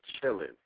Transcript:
chilling